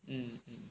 mm